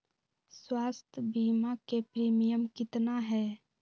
स्वास्थ बीमा के प्रिमियम कितना है?